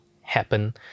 happen